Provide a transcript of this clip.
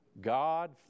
god